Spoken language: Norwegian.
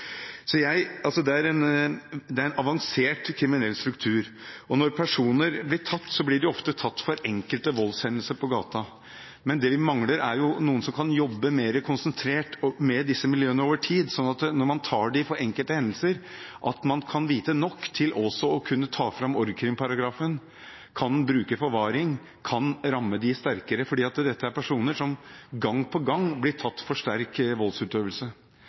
Det er en avansert kriminell struktur. Når personer blir tatt, blir de ofte tatt for enkelte voldshendelser på gaten. Men det vi mangler, er noen som kan jobbe mer konsentrert med disse miljøene over tid, sånn at når man tar dem for enkelte hendelser, kan man vite nok til også å kunne ta fram paragrafen om organisert kriminalitet. Kan en bruke forvaring, så kan en ramme dem sterkere, for dette er personer som gang på gang blir tatt for sterk voldsutøvelse,